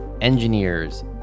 engineers